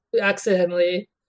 accidentally